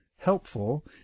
helpful